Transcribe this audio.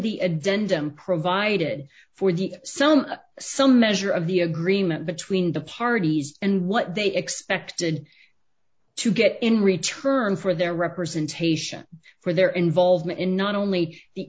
the a dent m provided for the some some measure of the agreement between the parties and what they expected to get in return for their representation for their involvement in not only the